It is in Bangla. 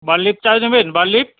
বাড লিফ চা নেবেন বাড লিফ